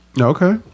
Okay